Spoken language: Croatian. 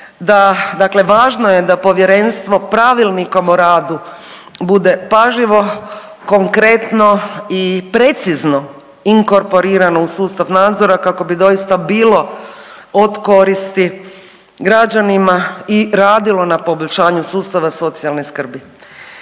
dakle važno je da Povjerenstvo pravilnikom o radu bude pažljivo, konkretno i precizno inkorporiran u sustav nadzora kako bi doista bilo od koristi građanima i radilo na poboljšanju sustava socijalne skrbi.